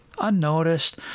unnoticed